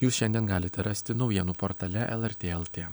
jūs šiandien galite rasti naujienų portale lrt lt